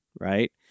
right